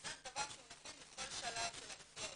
וזה דבר שהוא נכון לכל שלב של הרפורמה.